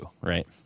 right